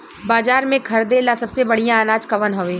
बाजार में खरदे ला सबसे बढ़ियां अनाज कवन हवे?